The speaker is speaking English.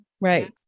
Right